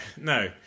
no